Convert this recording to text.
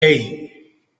hey